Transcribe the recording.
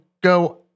go